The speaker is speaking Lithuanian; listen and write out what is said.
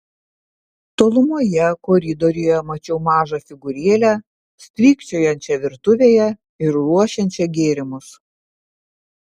tolumoje koridoriuje mačiau mažą figūrėlę strykčiojančią virtuvėje ir ruošiančią gėrimus